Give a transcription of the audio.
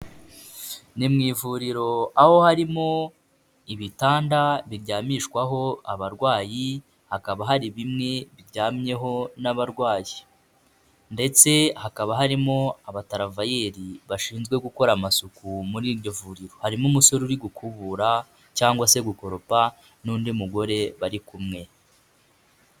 Ni mu ivuriro aho harimo ibitanda biryamishwaho abarwayi, hakaba hari bimwe biryamyeho n'abarwayi ndetse hakaba harimo abataravayeri bashinzwe gukora amasuku muri iryo vuriro. Harimo umusore uri gukubura cyangwa se gukoropa n'undi mugore bari kumwe.